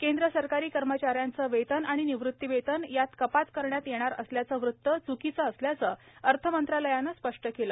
केंद्र सरकारी कर्मचाऱ्यांच वेतन आणि निवृतीवेतन यात कपात करण्यात येणार असल्याचं वृत्त च्कीच असल्याचं अर्थमंत्रालयानं स्पष्ट केलं